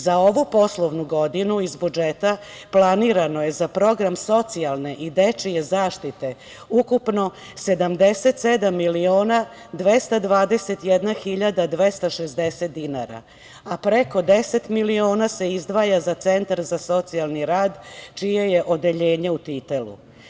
Za ovu poslovnu godinu iz budžeta planirano je za Program socijalne i dečije zaštite ukupno 77.221.260,00 dinara, a preko 10 miliona se izdvaja za Centar za socijalni rad čije je odeljenje u Titelu.